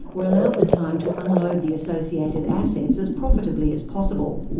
were allowed the time to unload the associated assets as profitably as possible.